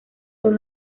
son